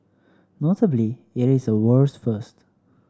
notably it is a world's first